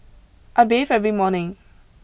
I bathe every morning